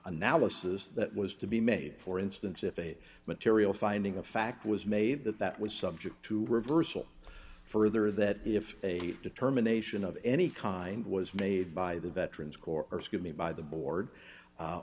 analysis that was to be made for instance if a material finding of fact was made that that was subject to reversal further that if a determination of any kind was made by the veterans corps or excuse me by the board